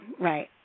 right